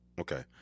Okay